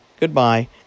goodbye